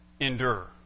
endure